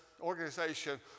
organization